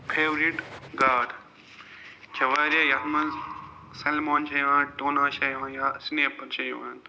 favourite god چھےٚ واریاہ یتھ مَنٛز سٮ۪لمان چھےٚ یِوان ٹونا چھےٚ یِوان یا سنیپَر چھےٚ یِوان